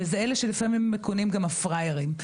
וזה אלה שלפעמים מכונים גם הפראיירים.